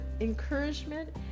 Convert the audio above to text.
encouragement